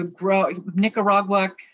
Nicaragua